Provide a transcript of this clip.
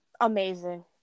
amazing